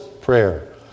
prayer